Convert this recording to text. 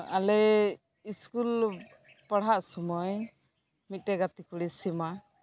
ᱟᱞᱮ ᱤᱥᱠᱩᱞ ᱯᱟᱲᱦᱟᱜ ᱥᱩᱢᱟᱹᱭ ᱢᱤᱜᱴᱮᱡ ᱜᱟᱛᱮ ᱠᱩᱲᱤ ᱥᱤᱢᱟ